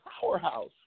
powerhouse